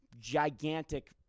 Gigantic